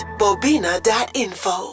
bobina.info